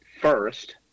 first